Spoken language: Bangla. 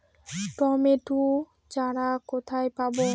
টমেটো চারা কোথায় পাবো?